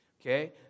Okay